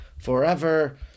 forever